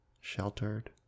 sheltered